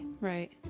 Right